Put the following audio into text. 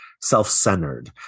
self-centered